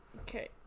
Okay